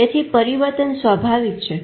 તેથી પરિવર્તન સ્વાભાવિક છે